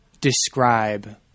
describe